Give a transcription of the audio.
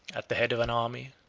at the head of an army,